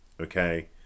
Okay